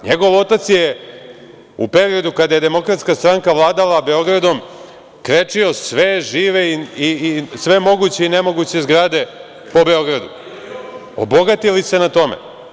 NJegov otac je u periodu kada je Demokratska stranka vladala Beogradom krečio sve moguće i nemoguće zgrade po Beogradu, obogatili se na tome.